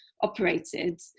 operated